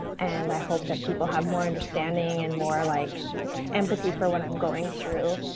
and i hope that people have more understanding and more like empathy for what i'm going through